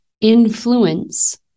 influence